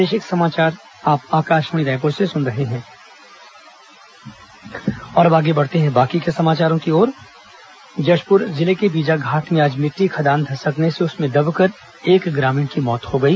खदान धंसा मौत जशपुर जिले के बीजाघाट में आज मिट्टी खदान धसकने से उसमें दबकर एक ग्रामीण की मौत हो गई